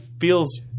feels